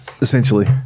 Essentially